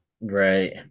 Right